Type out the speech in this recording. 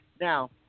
Now